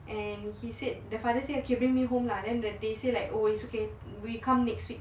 and he said the father said okay me home lah then then they say like oh it's okay we come next week